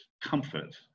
comfort